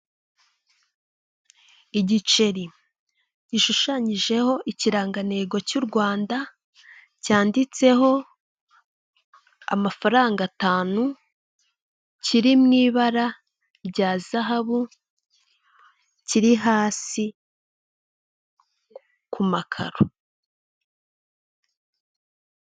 Inzu inzu nini isize umucanga ndetse hari n'inzu ishaje ntoya, nyuma yaho hari ishyamba n'icyapa cyanditseho akanyaru, huye, muhanga; hariho icyapa kiriho akantu kazamuye ndetse n'ikindi gitambika hariho Ruhango, Kinazi